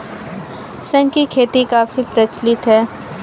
शंख की खेती काफी प्रचलित है